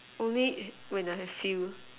only when I feel